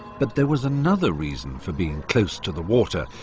but there was another reason for being close to the water,